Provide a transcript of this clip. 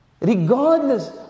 Regardless